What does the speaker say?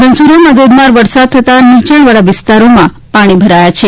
ધનસુરામાં ધોધમાર વરસાદથી નીચાણવાળા વિસ્તારોમાં પાણી ભરાયા છે